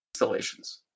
installations